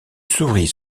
souris